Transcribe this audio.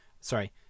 Sorry